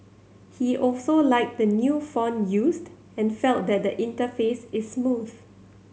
he also liked the new font used and felt that the interface is smooth